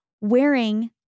wearing